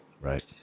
Right